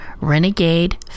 renegade